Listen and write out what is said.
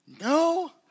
No